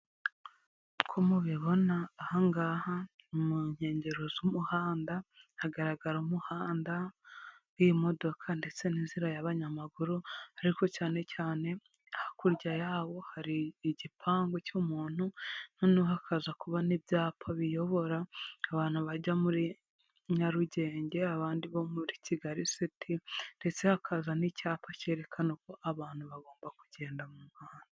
Uko mubibona aha ngaha ni mu nkengero z'umuhanda, hagaragara umuhanda w'imodoka ndetse n'inzira y'abanyamaguru, ariko cyane cyane hakurya yawo hari igipangu cy'umuntu, noneho hakaza kuba ni ibyapa biyobora abantu bajya muri Nyarugenge, abandi bo muri Kigali city, ndetse hakaza n'icyapa cyerekana uko abantu bagomba kugenda mu muhanda.